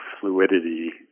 fluidity